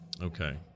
Okay